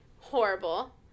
horrible